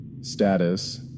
status